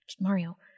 Mario